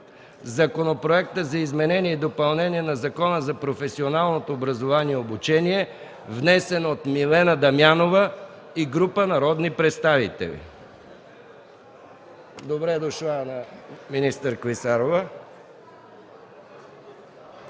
Законопроекта за изменение и допълнение на Закона за професионалното образование и обучение, внесен от Милена Дамянова и група народни представители. (В залата влиза министър Анелия Клисарова.)